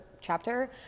chapter